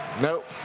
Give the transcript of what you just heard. Nope